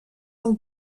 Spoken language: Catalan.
del